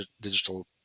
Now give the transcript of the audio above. digital